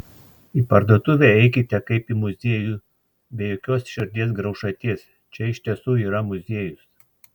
į parduotuvę eikite kaip į muziejų be jokios širdies graužaties čia iš tiesų yra muziejus